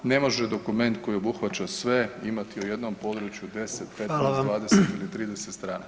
Ne može dokument koji obuhvaća sve imati o jednom području 10, 15, 20 [[Upadica: Hvala vam.]] ili 30 strana.